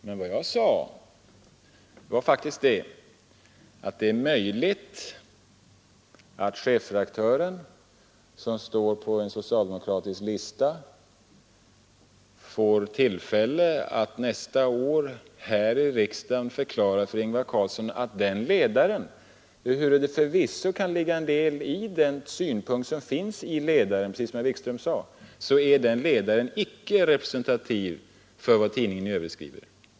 Men vad jag sade var faktiskt att det är möjligt att chefredaktören, som står på samma riksdagslista som herr Carlsson, får tillfälle att nästa år här i riksdagen förklara för Ingvar Carlsson att denna ledare, ehuru det förvisso kan ligga en del av värde i det som framförs i den, precis som herr Wikström sade, icke är representativ för vad tidningen i övrigt skriver.